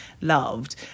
loved